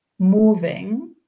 moving